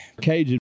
Cajun